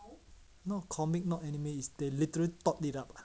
not comic not anime it's they literally thought it out ah